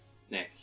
Snake